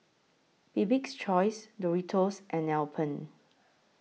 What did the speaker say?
Bibik's Choice Doritos and Alpen